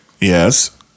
Yes